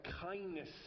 kindness